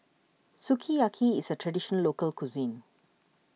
Sukiyaki is a Traditional Local Cuisine